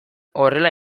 horrela